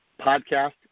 podcast